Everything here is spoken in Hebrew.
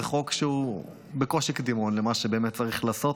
זה חוק שהוא בקושי קדימון למה שבאמת צריך לעשות,